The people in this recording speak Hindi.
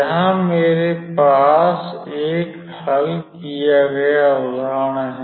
यहाँ मेरे पास एक हल किया गया उदाहरण है